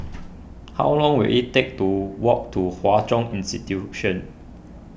how long will it take to walk to Hwa Chong Institution